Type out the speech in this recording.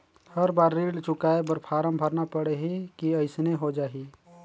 हर बार ऋण चुकाय बर फारम भरना पड़ही की अइसने हो जहीं?